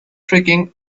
tricking